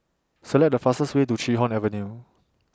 Select The fastest Way to Chee Hoon Avenue